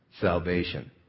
salvation